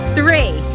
three